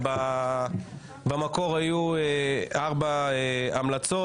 במקור היו ארבע המלצות,